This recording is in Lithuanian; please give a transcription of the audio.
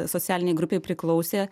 socialinei grupei priklausė